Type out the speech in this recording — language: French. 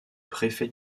préfet